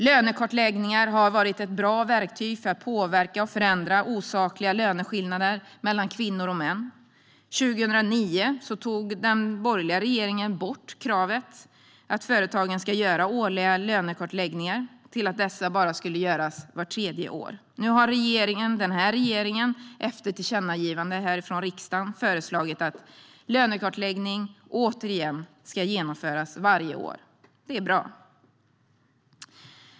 Lönekartläggningar har varit ett bra verktyg för att påverka och förändra osakliga löneskillnader mellan kvinnor och män. År 2009 tog den borgerliga regeringen bort kravet på företagen att göra årliga lönekartläggningar. Det ändrades till att dessa bara skulle göras vart tredje år. Nu har den här regeringen, efter tillkännagivande från riksdagen, föreslagit att lönekartläggning återigen ska genomföras varje år. Det är bra.